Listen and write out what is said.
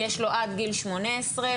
יש לו עד גיל שמונה עשרה,